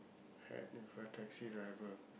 had with a taxi driver